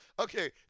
Okay